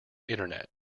internet